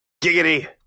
Giggity